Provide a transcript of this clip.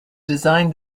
design